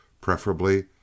preferably